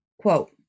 quote